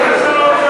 יאללה, תזרימו חברי